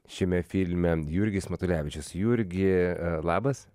šiame filme jurgis matulevičius jurgi labas